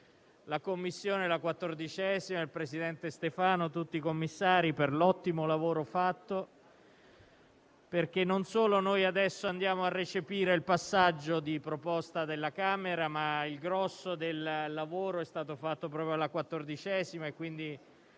a ringraziare la 14a Commissione, il presidente Stefano e tutti i commissari per l'ottimo lavoro svolto, perché non solo noi adesso andiamo a recepire il passaggio di proposta della Camera, ma il grosso del lavoro è stato fatto proprio dalla 14a Commissione del